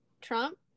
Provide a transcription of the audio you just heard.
trump